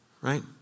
Right